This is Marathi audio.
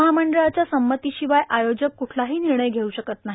महामंडळाच्या संमतीशिवाय आयोजक कुठलाही निर्णय घेऊ शकत नाही